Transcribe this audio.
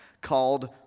called